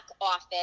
office